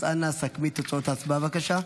אז אנא סכמי את תוצאות ההצבעה, בבקשה.